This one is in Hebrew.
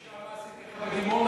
תשאל מה עשיתי בדימונה,